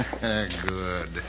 Good